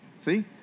See